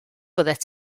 byddet